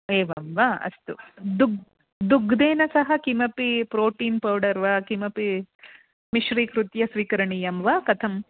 एवं वा अस्तु दुग्धं दुग्धेन सह किमपि प्रोटीन् पौडर् वा किमपि मिश्रीकृत्य स्वीकरणीयं वा कथम्